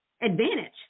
advantage